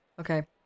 Okay